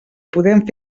podem